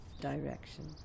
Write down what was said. Direction